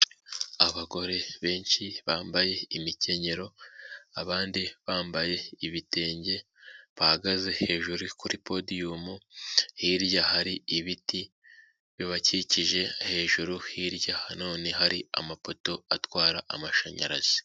Abagore benshi bambaye imikenyero abandi bambaye ibitenge bahagaze hejuru kuri porodiyumu, hirya hari ibiti bibakikije hejuru hirya nanone hari amapoto atwara amashanyarazi.